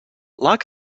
lock